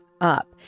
up